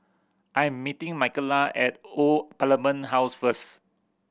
I am meeting Michaela at Old Parliament House first